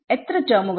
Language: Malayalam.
എത്ര ടെർമുകൾ